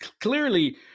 clearly